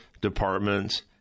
departments